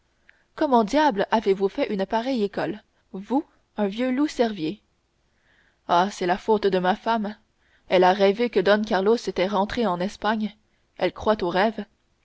comment diable avez-vous fait une pareille école vous un vieux loup-cervier eh c'est la faute de ma femme elle a rêvé que don carlos était rentré en espagne elle croit aux rêves